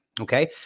Okay